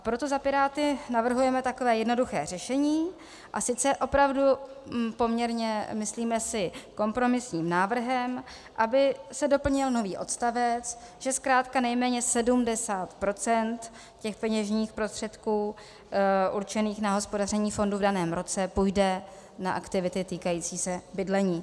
Proto za Piráty navrhujeme takové jednoduché řešení, a sice opravdu poměrně myslíme si kompromisním návrhem, aby se doplnil nový odstavec, že zkrátka nejméně 70 % těch peněžních prostředků určených na hospodaření fondu v daném roce půjde na aktivity týkající se bydlení.